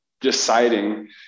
deciding